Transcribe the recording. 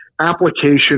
application